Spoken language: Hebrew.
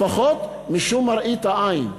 לפחות משום מראית עין,